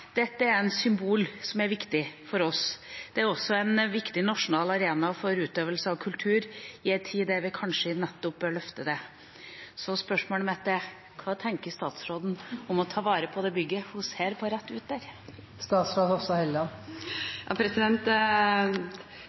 Dette er et symbol som er viktig for oss. Det er også en viktig nasjonal arena for utøvelse av kultur, i en tid da vi kanskje nettopp bør løfte den. Spørsmålet mitt er: Hva tenker statsråden om å ta vare på det bygget hun ser på rett der